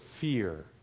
fear